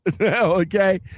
Okay